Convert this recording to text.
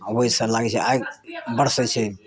आ ओहि सँ लागै छै आगि बरसै छै